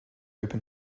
open